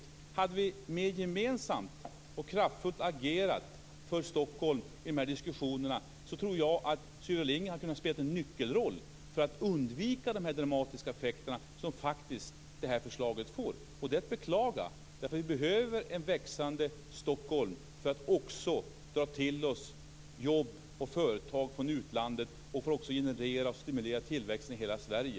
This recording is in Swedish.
Om vi hade agerat mer gemensamt och kraftfullt för Stockholm i de här diskussionerna, tror jag att Sylvia Lindgren hade kunnat spela en nyckelroll för att undvika de dramatiska effekter som det här förslaget faktiskt får. Det är att beklaga. Vi behöver ett växande Stockholm för att dra till oss jobb och företag från utlandet och för att generera och stimulera tillväxt i hela Sverige.